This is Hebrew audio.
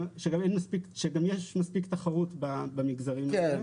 שגם יש מספיק תחרות במגזרים האלה.